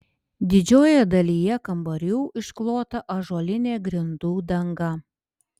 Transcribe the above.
didžiojoje dalyje kambarių išklota ąžuolinė grindų danga